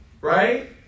right